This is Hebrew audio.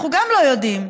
אנחנו גם לא יודעים.